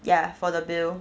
ya for the bill